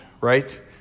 right